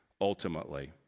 Ultimately